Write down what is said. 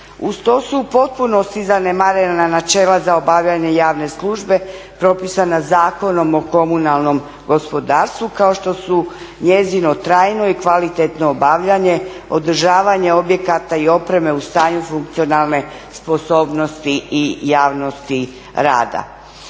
Uz to su u potpunosti zanemarena načela za obavljanje javne službe, propisana Zakonom o komunalnom gospodarstvu kao što su njezino trajno i kvalitetno obavljanje, održavanje objekata i opreme u stanju funkcionalne sposobnosti i javnosti rada.